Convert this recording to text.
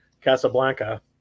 casablanca